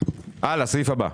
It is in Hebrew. הלאה, הסעיף הבא.